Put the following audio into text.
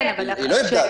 היא לא איבדה.